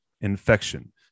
infection